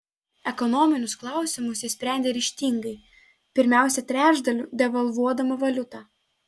ekonominius klausimus ji sprendė ryžtingai pirmiausia trečdaliu devalvuodama valiutą